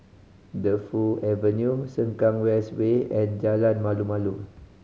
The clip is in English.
Defu Avenue Sengkang West Way and Jalan Malu Malu